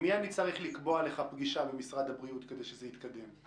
עם מי אני צריך לקבוע לך פגישה במשרד הבריאות כדי שזה יתקדם?